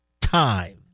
time